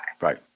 Right